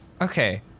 okay